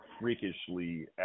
freakishly